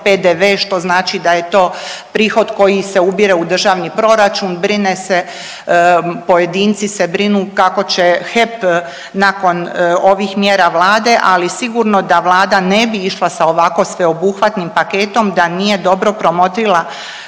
što znači da je to prihod koji se ubire u državni proračun, brine se, pojedinci se brinu kako će HEP nakon ovih mjera Vlade, ali sigurno da Vlada ne bi išla sa ovako sveobuhvatnim paketom da nije dobro promotrila